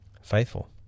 faithful